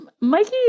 Mikey